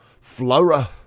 Flora